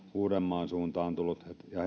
uudenmaan suuntaan ja